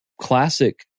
classic